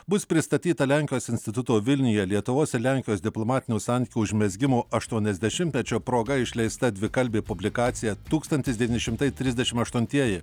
bus pristatyta lenkijos instituto vilniuje lietuvos ir lenkijos diplomatinių santykių užmezgimo aštuoniasdešimtmečio proga išleista dvikalbė publikacija tūkstantis devyni šimtai trisdešim aštuntieji